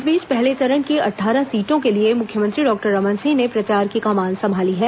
इस बीच पहले चरण की अट्ठारह सीटों के लिए मुख्यमंत्री डॉक्टर रमन सिंह ने प्रचार की कमान संभाल ली है